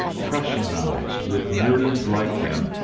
prussianized, with millions like him,